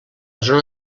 zona